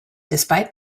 despite